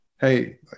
hey